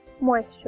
moisture